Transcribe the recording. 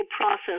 process